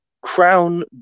Crown